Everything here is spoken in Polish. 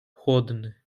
chłodny